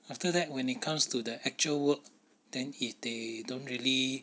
after that when it comes to the actual work than if they don't really